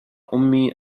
أمي